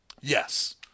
Yes